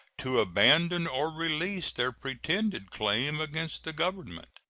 to abandon or release their pretended claim against the government.